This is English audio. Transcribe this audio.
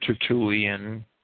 Tertullian